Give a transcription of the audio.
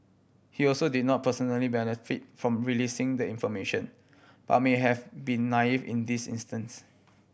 he also did not personally benefit from releasing the information but may have been naive in this instance